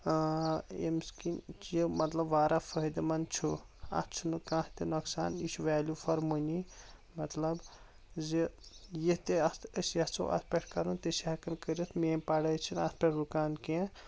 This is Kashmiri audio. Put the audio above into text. اۭں ییمٕس کن چھ یہِ مطلب واریاہ فاہدٕمند چھُ اتھ چھنہٕ کانہہ تہِ نۄقصان یہِ چھُ ویلو فار مٔنی مطلب زِ ییتہِ اتھ ٲسۍ یژھو اتھ پیٹھ کرُن تہِ چھِ ہیکان کرتھ میٲنۍ پڑاے چھنہٕ اتھ پیٹھ رُکان کیٚنٛہہ